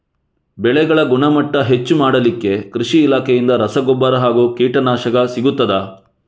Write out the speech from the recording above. ಬೆಳೆಗಳ ಗುಣಮಟ್ಟ ಹೆಚ್ಚು ಮಾಡಲಿಕ್ಕೆ ಕೃಷಿ ಇಲಾಖೆಯಿಂದ ರಸಗೊಬ್ಬರ ಹಾಗೂ ಕೀಟನಾಶಕ ಸಿಗುತ್ತದಾ?